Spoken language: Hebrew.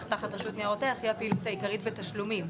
תחת רשות ניירות ערך היא הפעילות העיקרית בתשלומים.